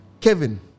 Kevin